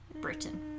Britain